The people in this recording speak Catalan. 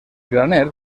graner